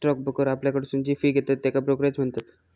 stock broker आपल्याकडसून जी fee घेतत त्येका ब्रोकरेज म्हणतत